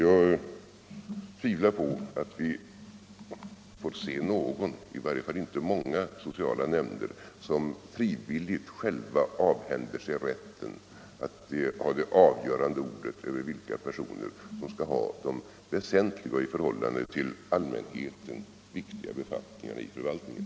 Jag tvivlar på att vi får se några — det blir i varje fall inte många — sociala nämnder som frivilligt avhänder sig rätten att få det avgörande ordet när det gäller vilka personer som skall ha de i förhållande till allmänheten viktiga befattningarna i förvaltningen.